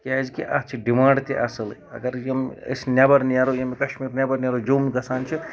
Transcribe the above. کیازِ کہِ اَتھ چھِ ڈِمانڈ تہِ اَصٕل اَگر یِم أسۍ یِم نیبر نیرو ییٚمہِ کَشمیٖر نیبر نیرو جموں گژھان چھِ